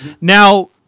now